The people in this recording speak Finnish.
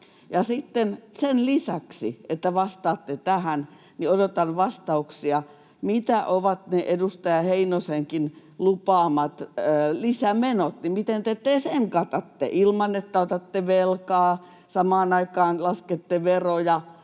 sen lisäksi, että vastaatte tähän, odotan vastauksia siihen, mitä ovat ne edustaja Heinosenkin lupaamat lisämenot ja miten te ne katatte ilman että otatte velkaa, samaan aikaan laskette veroja.